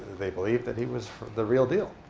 they believed that he was the real deal.